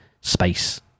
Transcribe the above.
space